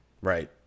Right